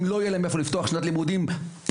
לא יהיה להם איפה לפתוח שנת לימודים פוליטית,